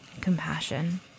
compassion